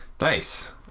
nice